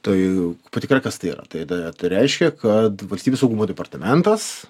tai patikra kas tai yra tai ta tai reiškia kad valstybės saugumo departamentas